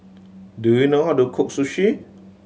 do you know how to cook Sushi